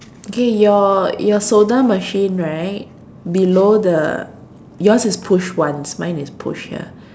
okay your your soda machine right below the yours is push once mine is push ya